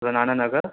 زنانہ Nagar